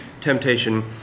temptation